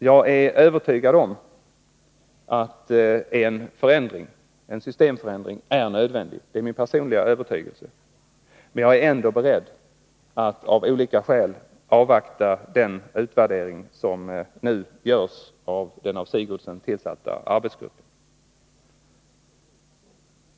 Jag är övertygad om att en systemförändring är nödvändig — det är min personliga övertygelse — men jag är ändå beredd att av olika skäl avvakta den utvärdering som nu görs genom den av Gertrud Sigurdsen tillsatta arbetsgruppen.